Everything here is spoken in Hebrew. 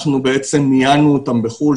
אנחנו בעצם ניהלנו אותם בחו"ל,